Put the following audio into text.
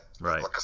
Right